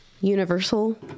universal